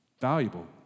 Valuable